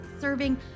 serving